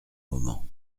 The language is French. moments